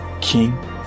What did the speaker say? king